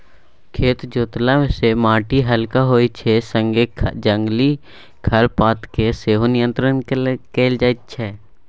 खेत जोतला सँ माटि हलका होइ छै संगे जंगली खरपात केँ सेहो नियंत्रण कएल जाइत छै